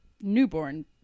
newborn